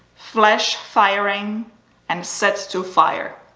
flash firing and set to fire.